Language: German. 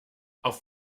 auf